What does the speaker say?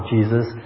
Jesus